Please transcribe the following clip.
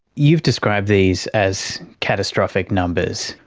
you've described these as catastrophic numbers.